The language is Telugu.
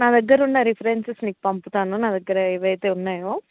నా దగ్గర ఉన్న రిఫరెన్స్స్ నీకు పంపుతాను నా దగ్గర ఏవైతే ఉన్నాయో